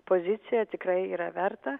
poziciją tikrai yra verta